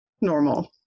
normal